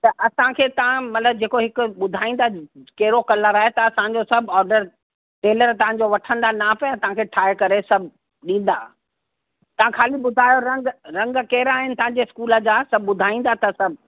त असांखे तव्हां मतिलबु जेको हिकु ॿुधाईंदा कहिड़ो कलर आहे त असांजो सभु आडर टेलर तव्हां जो वठंदा नाप ऐं तव्हां खे ठाहे करे सभु ॾींदा तव्हां खाली ॿुधायो रंग रंग कहिड़ा आहिनि तव्हां जे स्कूल जा सभु ॿुधाईंदा त सभु